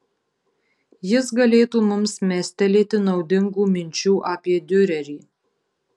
jis galėtų mums mestelėti naudingų minčių apie diurerį